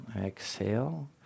exhale